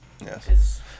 Yes